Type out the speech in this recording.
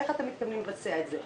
איך אתם מתכוונים לבצע את זה?